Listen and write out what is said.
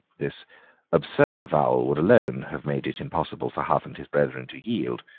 this absurd avowal would alone have made it impossible for hough and his brethren to yield.